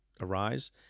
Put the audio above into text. arise